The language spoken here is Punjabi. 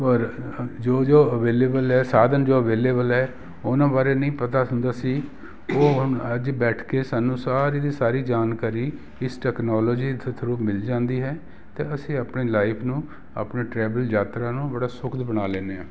ਔਰ ਜੋ ਜੋ ਅਵੇਲੇਬਲ ਹੈ ਸਾਧਨ ਜੋ ਅਵੇਲੇਬਲ ਹੈ ਸਾਧਨ ਜੋ ਅਵੇਲੇਬਲ ਹੈ ਉਹਨਾਂ ਬਾਰੇ ਨਹੀਂ ਪਤਾ ਹੁੰਦਾ ਸੀ ਉਹ ਹੁਣ ਅੱਜ ਬੈਠ ਕੇ ਸਾਨੂੰ ਸਾਰੀ ਦੀ ਸਾਰੀ ਜਾਣਕਾਰੀ ਇਸ ਟੈਕਨੋਲੋਜੀ ਥਰੂ ਮਿਲ ਜਾਂਦੀ ਹੈ ਅਤੇ ਅਸੀਂ ਆਪਣੇ ਲਾਈਫ ਨੂੰ ਆਪਣੇ ਟਰੈਵਲ ਯਾਤਰਾ ਨੂੰ ਬੜਾ ਸੁਖਦ ਬਣਾ ਲੈਂਦੇ ਹਾਂ